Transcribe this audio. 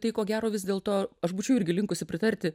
tai ko gero vis dėlto aš būčiau irgi linkusi pritarti